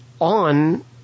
on